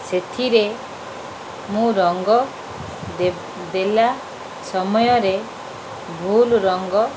ସେଥିରେ ମୁଁ ରଙ୍ଗ ଦେଲା ସମୟରେ ଭୁଲ୍ ରଙ୍ଗ